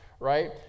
right